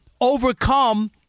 overcome